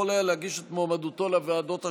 היה להגיש את מועמדותו לוועדות השונות.